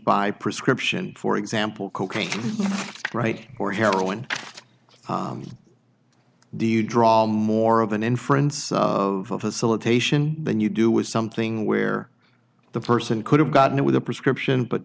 by prescription for example cocaine right or heroin do you draw more of an inference of facilitation than you do with something where the person could have gotten it with a prescription but